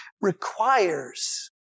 requires